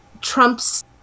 Trump's